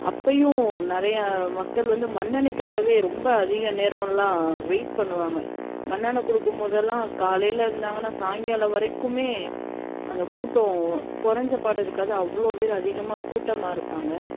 அப்போயும் நிறையா மக்கள் வந்து மண்ணெண்ணைக்காகவே ரொம்ப அதிக நேரம்லாம் வெயிட் பண்ணுவாங்க மண்ணெண்ணய் கொடுக்கும் போதெல்லாம் காலையில் இருந்தாங்கன்னா சாய்ங்காலம் வரைக்குமே அந்த கூட்டம் குறஞ்ச பாடு இருக்காது அவ்வளோ பேர் அதிகமாக கூட்டமாக இருப்பாங்க